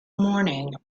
morning